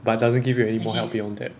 but doesn't give you any more help beyond that